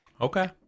Okay